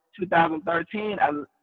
2013